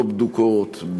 לא בדוקות,